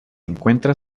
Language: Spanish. encuentra